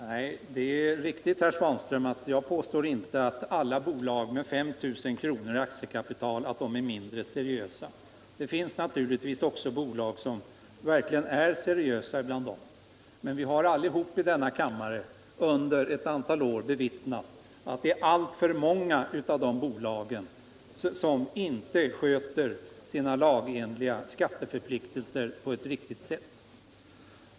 Herr talman! Det är riktigt, herr Svanström, att jag inte påstår att alla bolag med 5 000 kr. i aktiekapital är mindre seriösa. Det finns naturligtvis också bland dem bolag som verkligen är seriösa. Men vi har allihop i denna kammare under ett antal år bevittnat att det är alltför många av dessa bolag som inte sköter sina lagenliga skatteförpliktelser på ett riktigt sätt.